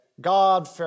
God